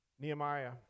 Nehemiah